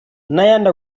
n’ayandi